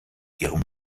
ihrem